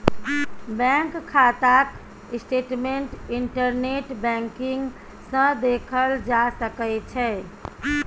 bank खाताक statement internet banking सँ देखल जा सकै छै